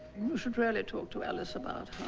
you should really to to alice about